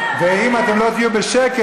ואם אתם לא תהיו בשקט,